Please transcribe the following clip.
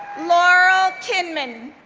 laurel kinman,